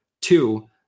Two